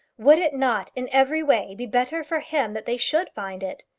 would it not in every way be better for him that they should find it?